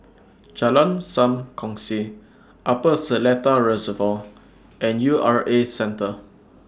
Jalan SAM Kongsi Upper Seletar Reservoir and U R A Centre